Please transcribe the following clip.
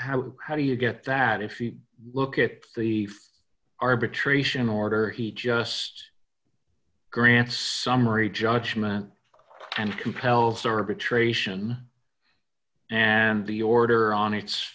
have how do you get that if you look at the arbitration order he just grants summary judgment and compels arbitration and the order on its